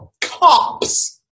cops